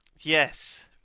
Yes